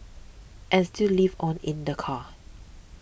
and still live on in the car